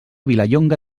vilallonga